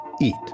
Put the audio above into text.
eat